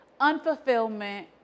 unfulfillment